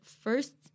first